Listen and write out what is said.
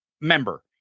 member